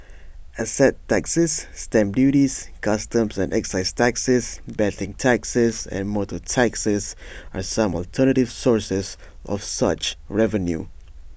asset taxes stamp duties customs and excise taxes betting taxes and motor taxes are some alternative sources of such revenue